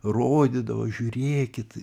rodydavo žiūrėkit